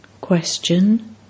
Question